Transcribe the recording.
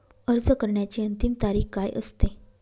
अर्ज करण्याची अंतिम तारीख काय असते?